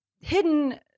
hidden